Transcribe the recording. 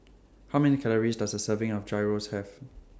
How Many Calories Does A Serving of Gyros Have